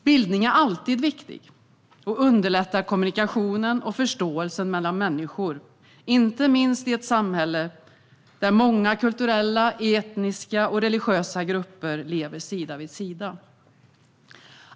Bildning är alltid viktigt och underlättar kommunikationen och förståelsen mellan människor, inte minst i ett samhälle där många kulturella, etniska och religiösa grupper lever sida vid sida.